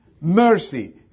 Mercy